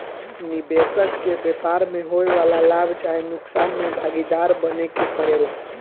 निबेसक के व्यापार में होए वाला लाभ चाहे नुकसान में भागीदार बने के परेला